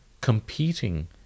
competing